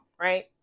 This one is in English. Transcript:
right